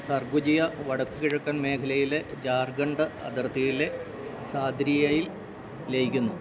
സർഗുജിയ വടക്കുകിഴക്കൻ മേഖലയിലെ ജാർഖണ്ഡ് അതിർത്തിയിലെ സാദ്രിയയില് ലയിക്കുന്നു